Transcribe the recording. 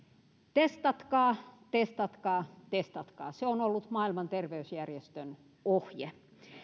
testatkaa testatkaa testatkaa se on ollut maailman terveysjärjestön ohje